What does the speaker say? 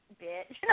bitch